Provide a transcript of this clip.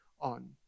on